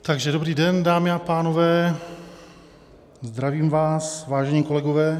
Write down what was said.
Takže dobrý den, dámy a pánové, zdravím vás, vážení kolegové.